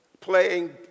playing